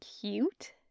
cute